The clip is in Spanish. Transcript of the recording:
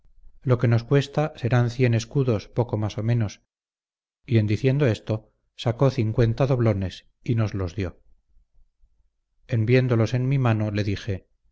lo que nos cuesta serán cien escudos poco más o menos y en diciendo esto sacó cincuenta doblones y nos los dio en viéndolos en mi mano le dije